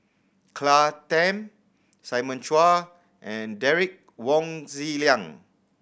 Claire Tham Simon Chua and Derek Wong Zi Liang